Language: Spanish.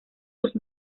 sus